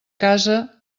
casa